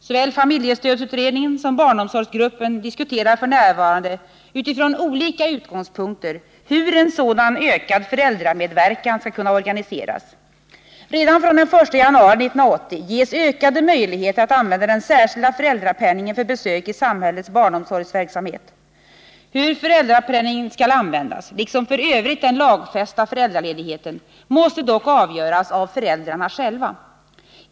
Såväl familjestödsutredningen som barnomsorgsgruppen diskuterar f. n. — utifrån olika utgångspunkter — hur en sådan ökad föräldramedverkan skall kunna organiseras. Redan från den 1 januari 1980 ges ökade möjligheter att använda den särskilda föräldrapenningen för besök i samhällets barnomsorgsverksamhet. Hur föräldrapenningen skall användas — liksom f. ö. den lagfästa föräldraledigheten — måste dock avgöras av föräldrarna själva.